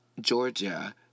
Georgia